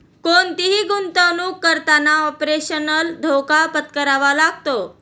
कोणतीही गुंतवणुक करताना ऑपरेशनल धोका पत्करावा लागतो